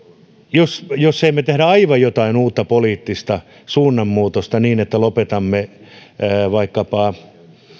jos me emme tee jotain aivan uutta poliittista suunnanmuutosta niin että lopetamme vaikkapa